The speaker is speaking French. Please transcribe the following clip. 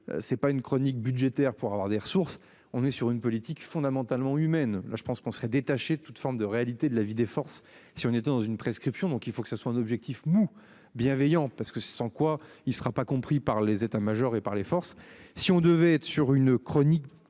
C'est pas une chronique budgétaire pour avoir des ressources. On est sur une politique fondamentalement humaine là je pense qu'on serait détachée de toute forme de réalités de la vie des forces si on était dans une prescription donc il faut que ce soit un objectif mou bienveillant parce que sans quoi il sera pas compris par les états majors et par les forces si on devait être sur une chronique